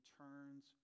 turns